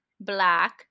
black